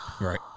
Right